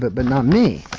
but but not me.